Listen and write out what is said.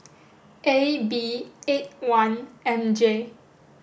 A B eight one M J